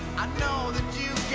know that